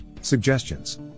suggestions